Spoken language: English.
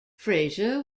fraser